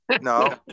No